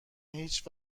هیچ